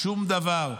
שום דבר.